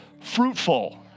fruitful